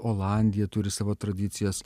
olandija turi savo tradicijas